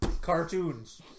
cartoons